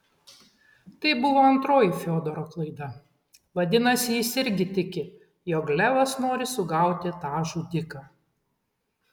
tai buvo antroji fiodoro klaida vadinasi jis irgi tiki jog levas nori sugauti tą žudiką